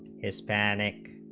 hispanic